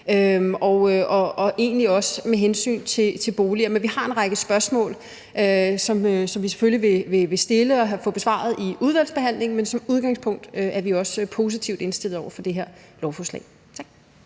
og egentlig også med hensyn til boliger. Vi har en række spørgsmål, som vi selvfølgelig vil stille og få besvaret i udvalgsbehandlingen, men som udgangspunkt er vi også positivt indstillede over for det her lovforslag. Tak.